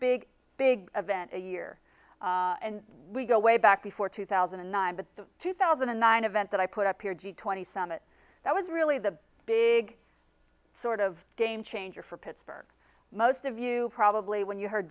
big big event a year and we go way back before two thousand and nine but the two thousand and nine event that i put up here g twenty summit that was really the big sort of game changer for pittsburgh most of you probably when you heard